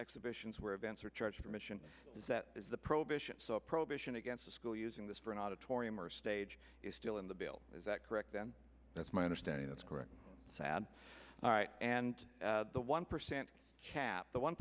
exhibitions where events are charged commission is that is the prohibition prohibition against a school using this for an auditorium or stage is still in the bill is that correct and that's my understanding that's correct sad all right and the one percent cap the one